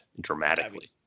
dramatically